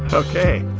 ah okay!